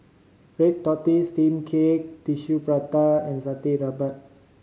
red tortoise steamed cake Tissue Prata and satay